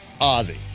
Ozzy